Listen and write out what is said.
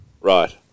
right